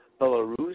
Belarus